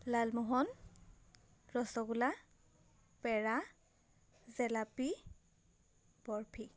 Lalmohan rasgulla peda jalebi barfi